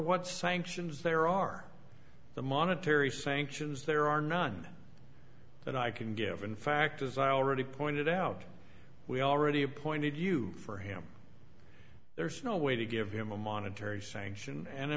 sanctions there are the monetary sanctions there are none that i can give in fact as i already pointed out we already appointed you for him there's no way to give him a monetary sanction and a